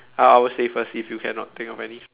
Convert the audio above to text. I I will say first if you cannot think of any